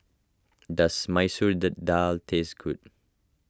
does Masoor Dal taste good